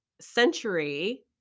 century